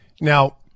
now